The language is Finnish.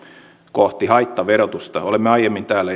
kohti haittaverotusta olemme aiemmin täällä jo